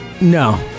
No